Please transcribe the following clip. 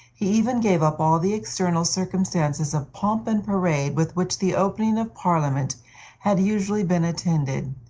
he even gave up all the external circumstances of pomp and parade with which the opening of parliament had usually been attended.